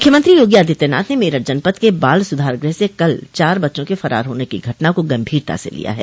मुख्यमंत्री योगी आदित्यनाथ ने मेरठ जनपद के बाल सुधार गृह स कल चार बच्चों के फरार होने की घटना को गंभीरता से लिया है